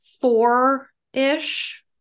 four-ish